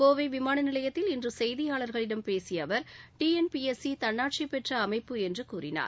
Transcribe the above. கோவை விமான நிலையத்தில் இன்று செய்தியாளர்களிடம் பேசிய அவர் டிஎன்பிஎஸ்சி தன்னாட்சி பெற்ற அமைப்பு என்று கூறினார்